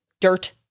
dirt